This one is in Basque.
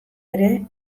ere